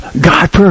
God